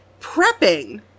prepping